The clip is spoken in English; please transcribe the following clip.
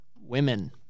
women